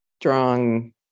strong